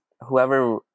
whoever